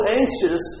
anxious